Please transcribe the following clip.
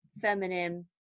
feminine